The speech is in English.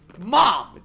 mom